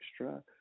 extra